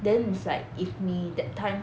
then is like if 你 that time